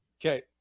Okay